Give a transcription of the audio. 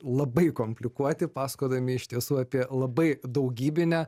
labai komplikuoti pasakodami iš tiesų apie labai daugybinę